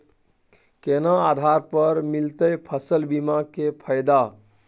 केना आधार पर मिलतै फसल बीमा के फैदा?